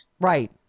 Right